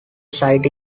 site